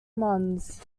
mons